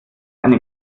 eine